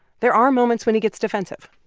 there are moments when he gets defensive,